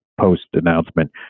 post-announcement